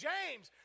James